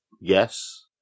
Yes